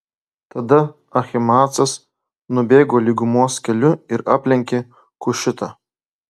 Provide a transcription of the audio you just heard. tada ahimaacas nubėgo lygumos keliu ir aplenkė kušitą